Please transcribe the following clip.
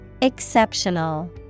Exceptional